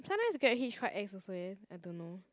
sometimes Grab Hitch quite ex also eh I don't know